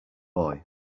boy